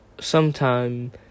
sometime